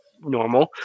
normal